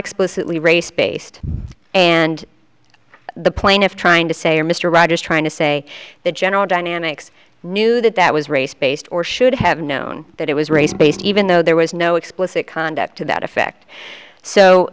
explicitly race based and the plaintiffs trying to say are mr rogers trying to say that general dynamics knew that that was race based or should have known that it was race based even though there was no explicit conduct to that effect so